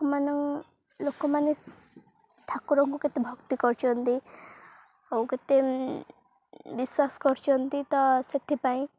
ଲୋକମାନ ଲୋକମାନେ ଠାକୁରଙ୍କୁ କେତେ ଭକ୍ତି କରିଛନ୍ତି ଆଉ କେତେ ବିଶ୍ୱାସ କରିଛନ୍ତି ତ ସେଥିପାଇଁ